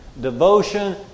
devotion